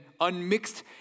unmixed